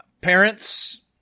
Parents